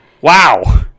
Wow